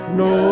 no